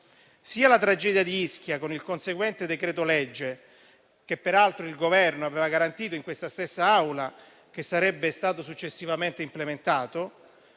Sia la tragedia di Ischia, con il conseguente decreto-legge (peraltro il Governo aveva garantito in questa stessa Aula che tale provvedimento sarebbe stato successivamente implementato),